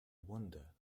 wonder